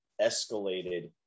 escalated